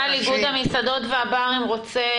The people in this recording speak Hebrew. אני רוצה